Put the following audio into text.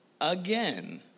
again